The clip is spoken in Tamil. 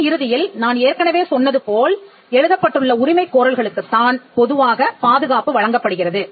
அதன் இறுதியில் நான் ஏற்கனவே சொன்னது போல் எழுதப்பட்டுள்ள உரிமை கோரல்களுக்குத்தான் பொதுவாக பாதுகாப்பு வழங்கப்படுகிறது